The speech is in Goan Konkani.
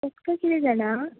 फक्त कितें जाणा